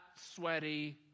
sweaty